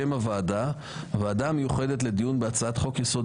שם הוועדה: הוועדה המיוחדת לדיון בהצעת חוק-יסוד: